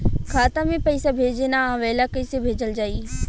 खाता में पईसा भेजे ना आवेला कईसे भेजल जाई?